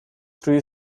three